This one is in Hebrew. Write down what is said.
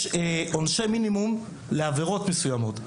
יש עונשי מינימום לעבירות מסוימות.